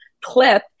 clip